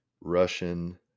Russian